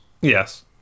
Yes